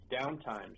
downtimes